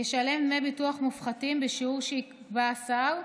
ישלם דמי ביטוח מופחתים בשיעור שיקבע השר,